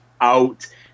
out